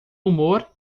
humor